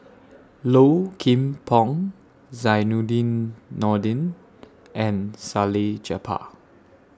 Low Kim Pong Zainudin Nordin and Salleh Japar